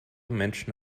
menschen